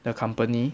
the company